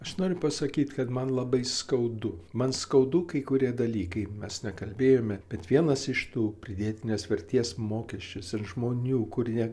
aš noriu pasakyt kad man labai skaudu man skaudu kai kurie dalykai mes nekalbėjome bet vienas iš tų pridėtinės vertės mokesčius ir žmonių kurie